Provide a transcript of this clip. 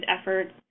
efforts